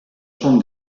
són